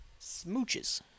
Smooches